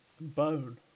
Bone